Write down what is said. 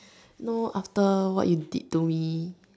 no after what you did to me